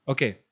Okay